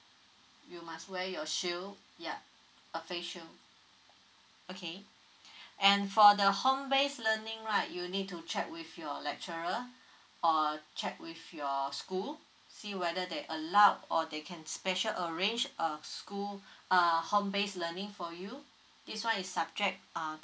you must wear your shield yup a face shield okay and for the home based learning right you need to check with your lecturer or check with your school see whether they allowed or they can special arrange uh school uh home base learning for you this one is subject uh